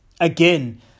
again